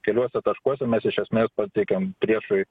keliuose taškuose mes iš esmės pateikiam priešui